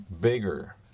bigger